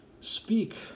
speak